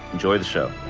enjoy the show.